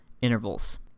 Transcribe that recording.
intervals